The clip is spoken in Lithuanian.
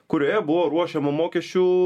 kurioje buvo ruošiama mokesčių